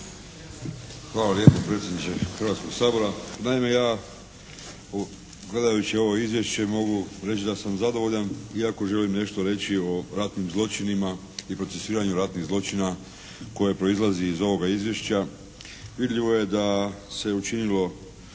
Hvala lijepo predsjedniče Hrvatskog sabora. Naime ja gledajući ovo izvješće mogu reći da sam zadovoljan iako želim nešto reći o ratnim zločinima i procesuiranju ratnih zločina koje proizlazi iz ovoga izvješća. Vidljivo je da se učinilo